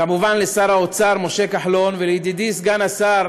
כמובן, לשר האוצר משה כחלון ולידידי סגן השר